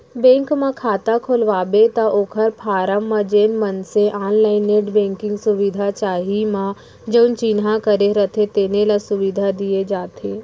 bank म खाता खोलवाबे त ओकर फारम म जेन मनसे ऑनलाईन नेट बेंकिंग सुबिधा चाही म जउन चिन्हा करे रथें तेने ल सुबिधा दिये जाथे